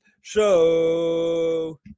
show